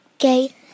Okay